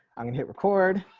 i'm gonna hit record.